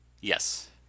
Yes